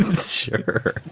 sure